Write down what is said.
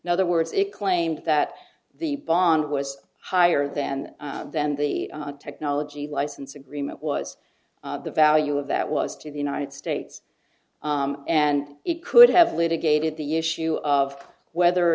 another word it claimed that the bond was higher than than the technology license agreement was the value of that was to the united states and it could have litigated the issue of whether or